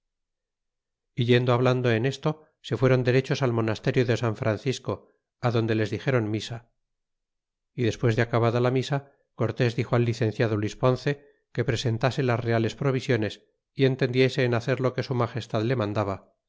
yendo hablando en esto se fueron derechos al monasterio de san francisco adonde les dixéron misa y despues de acabada la misa cortés dixo al licenciado luis ponce que presentase as reales provisiones y entendiese en hacer lo que su magestad le mandaba